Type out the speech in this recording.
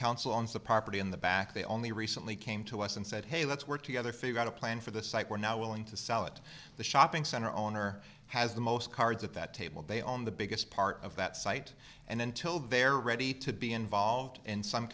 council on the property in the back they only recently came to us and said hey let's work together figure out a plan for the site we're now willing to sell it the shopping center owner has the most cards at that table they own the biggest part of that site and until they're ready to be involved in some